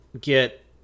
get